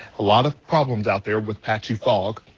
a lot of problems out there with patchy fog.